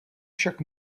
však